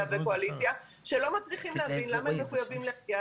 וקואליציה שלא מצליחים להבין למה הם מחויבים להגיע.